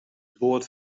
boat